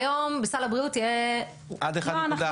היום בסל הבריאות יהיה --- עד 1.4?